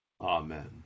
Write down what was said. Amen